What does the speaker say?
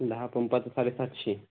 दहा पंपाचं साडेसातशे